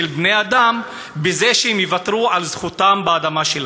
של בני-אדם בזה שהם יוותרו על זכותם באדמה שלהם?